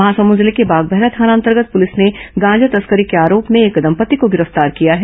महासमुद जिले के बागबाहरा थाना अंतर्गत पुलिस ने गांजा तस्करी के आरोप में एक दंपत्ति को गिरफ्तार किया है